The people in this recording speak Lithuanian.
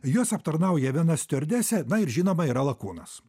juos aptarnauja viena stiuardesė na ir žinoma yra lakūnas